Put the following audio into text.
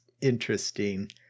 interesting